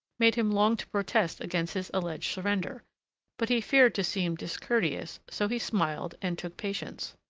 made him long to protest against his alleged surrender but he feared to seem discourteous, so he smiled and took patience.